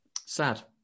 sad